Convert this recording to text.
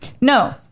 No